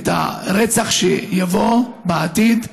את הרצח שיבוא בעתיד,